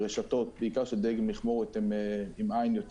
הרשתות בעיקר של דיג המכמורת הן עם עין יותר